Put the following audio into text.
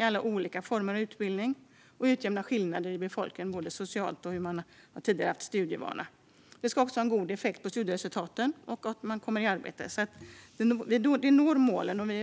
alla olika former av utbildning och utjämna skillnader i befolkningen, både socialt och vad gäller studievana. Det ska också ha en god effekt på studieresultaten och innebära att man kommer i arbete. Stödet når målen.